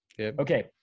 Okay